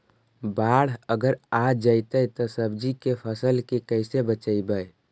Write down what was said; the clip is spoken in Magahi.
बाढ़ अगर आ जैतै त सब्जी के फ़सल के कैसे बचइबै?